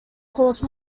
course